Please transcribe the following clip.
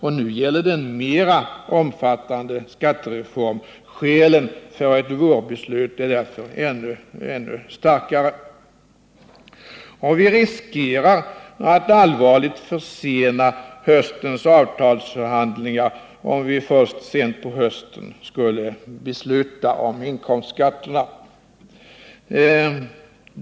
Och nu gäller det en mer omfattande skattereform. Skälen för ett vårbeslut är därför ännu starkare. Vi riskerar att allvarligt försena höstens avtalsförhandlingar om vi först sent på hösten skulle besluta om inkomstskatterna.